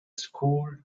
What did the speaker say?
school